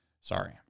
Sorry